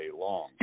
long